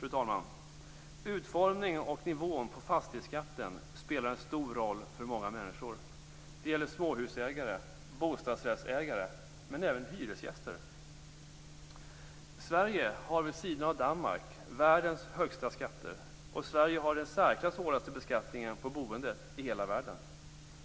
Fru talman! Utformningen och nivån på fastighetsskatten spelar en stor roll för många människor. Det gäller småhusägare, bostadsrättsägare och även hyresgäster. Sverige har vid sidan av Danmark världens högsta skatter, och Sverige har världens i särklass hårdaste beskattning på boendet.